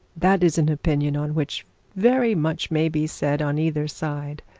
that is an opinion on which very much may be said on either side.